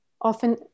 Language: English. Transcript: Often